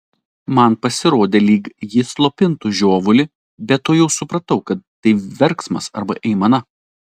man pasirodė lyg ji slopintų žiovulį bet tuojau supratau kad tai verksmas arba aimana